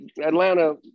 Atlanta